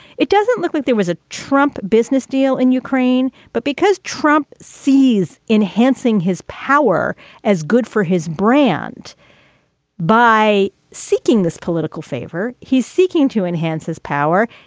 it doesn't look like there was a trump business deal in ukraine. but because trump sees enhancing his power as good for his brand by seeking this political favor, he's seeking to enhance his power,